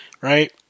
right